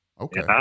Okay